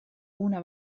una